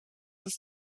ist